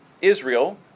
Israel